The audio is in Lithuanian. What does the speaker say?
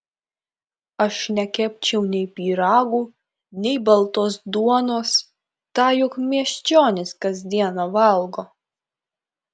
aš nekepčiau nei pyragų nei baltos duonos tą juk miesčionys kas dieną valgo